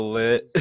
lit